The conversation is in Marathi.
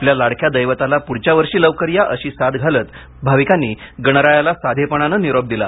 आपल्या लाडक्या दैवताला प्रढच्या वर्षी लवकर या अशी साद घालत भाविकांनी गणरायाला साधेपणानं निरोप दिला